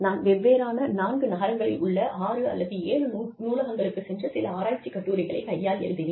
நான் வெவ்வேறான 4 நகரங்களில் உள்ள 6 அல்லது 7 நூலகங்களுக்குச் சென்று சில ஆராய்ச்சி கட்டுரைகளை கையால் எழுதினேன்